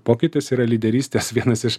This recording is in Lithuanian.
pokytis yra lyderystės vienas iš